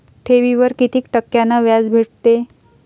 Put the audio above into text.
ठेवीवर कितीक टक्क्यान व्याज भेटते?